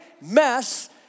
mess